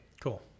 Cool